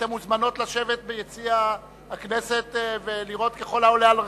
אתן מוזמנות לשבת ביציע הכנסת ולראות ככל העולה על רוחכן,